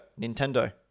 Nintendo